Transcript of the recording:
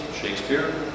Shakespeare